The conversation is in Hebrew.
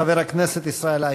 חבר הכנסת ישראל אייכלר.